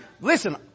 Listen